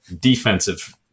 defensive